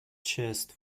chest